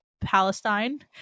Palestine